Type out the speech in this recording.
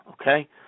Okay